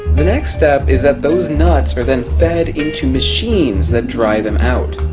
the next step is that those nuts are then fed into machines that dry them out